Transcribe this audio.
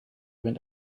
went